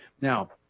Now